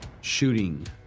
shooting